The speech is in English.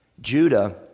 Judah